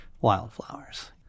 wildflowers